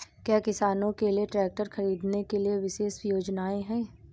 क्या किसानों के लिए ट्रैक्टर खरीदने के लिए विशेष योजनाएं हैं?